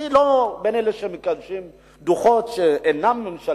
אני לא בין אלה שמקדשים דוחות שאינם ממשלתיים,